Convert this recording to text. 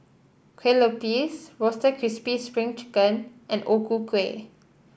Kueh Lupis Roasted Crispy Spring Chicken and O Ku Kueh